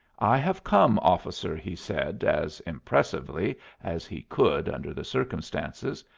i have come, officer, he said, as impressively as he could under the circumstances,